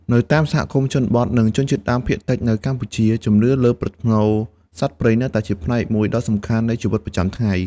នៅតាមសហគមន៍ជនបទ និងជនជាតិដើមភាគតិចនៅកម្ពុជា ជំនឿលើប្រផ្នូលសត្វព្រៃនៅតែជាផ្នែកមួយដ៏សំខាន់នៃជីវិតប្រចាំថ្ងៃ។